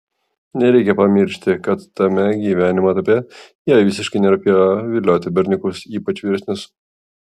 nereikia pamiršti kad tame gyvenimo etape jai visiškai nerūpėjo vilioti berniukus ypač vyresnius